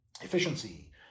efficiency